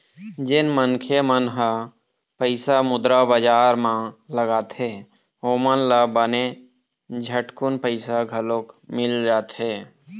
जेन मनखे मन ह पइसा मुद्रा बजार म लगाथे ओमन ल बने झटकून पइसा घलोक मिल जाथे